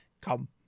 come